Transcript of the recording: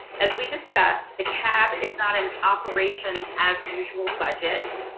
as we discussed, the cab is not an operations as usual budget,